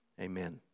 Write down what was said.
Amen